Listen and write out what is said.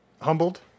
humbled